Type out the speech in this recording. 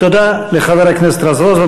תודה לחבר הכנסת רזבוזוב.